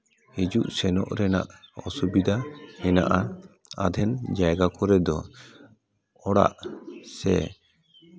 ᱦᱤᱡᱩᱜ ᱥᱮᱱᱚᱜ ᱨᱮᱱᱟᱜ ᱚᱥᱩᱵᱤᱫᱷᱟ ᱦᱮᱱᱟᱜᱼᱟ ᱟᱫᱷᱮᱱ ᱡᱟᱭᱜᱟ ᱠᱚᱨᱮ ᱫᱚ ᱚᱲᱟᱜ ᱥᱮ